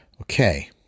Okay